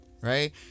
right